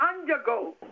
undergo